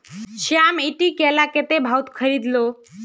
श्याम ईटी केला कत्ते भाउत खरीद लो